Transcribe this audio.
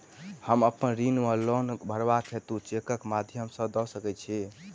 हम अप्पन ऋण वा लोन भरबाक हेतु चेकक माध्यम सँ दऽ सकै छी?